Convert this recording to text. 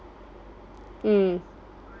mm